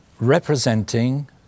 representing